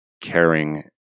caring